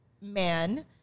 man